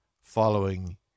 following